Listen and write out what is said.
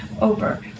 over